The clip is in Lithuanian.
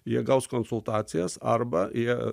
jie gaus konsultacijas arba jie